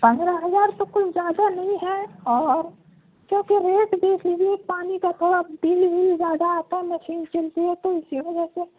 پندرہ ہزار تو کچھ زیادہ نہیں ہیں اور کیونکہ ریٹ بجلی پانی کا تھوڑا بل ول زیادہ آتا ہے مشین چلتی ہے تو اسی وجہ سے